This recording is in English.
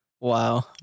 Wow